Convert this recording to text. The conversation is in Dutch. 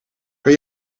kan